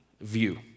view